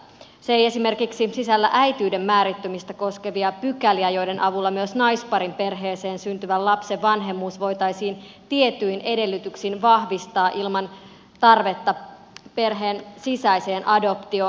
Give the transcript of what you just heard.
se ei esimerkiksi sisällä äitiyden määrittymistä koskevia pykäliä joiden avulla myös naisparin perheeseen syntyvän lapsen vanhemmuus voitaisiin tietyin edellytyksin vahvistaa ilman tarvetta perheen sisäiseen adoptioon